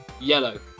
yellow